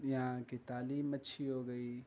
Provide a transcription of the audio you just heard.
یہاں کی تعلیم اچھی ہو گئی